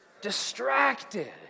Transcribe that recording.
distracted